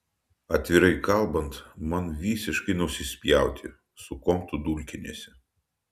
atvirai kalbant man visiškai nusispjauti su kuom tu dulkiniesi